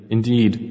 Indeed